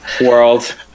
world